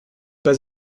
pas